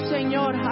Señor